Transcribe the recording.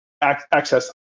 access